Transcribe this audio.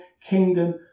kingdom